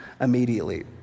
immediately